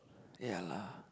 ya lah